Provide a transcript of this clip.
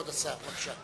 כבוד השר, בבקשה.